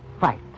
fight